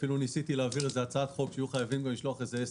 ניסיתי להעביר איזו הצעת חוק שיהיו חייבים לשלוח אס.